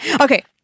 Okay